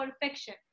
perfection